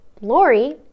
Lori